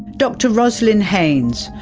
dr roslynn haynes,